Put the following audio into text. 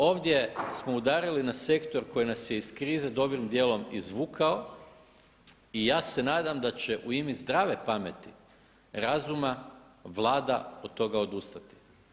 Ovdje smo uradili na sektor koji nas je iz krize dobrim djelom izvukao i ja se nadam da će u ime zdrave pameti razuma Vlada od toga odustati.